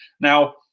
Now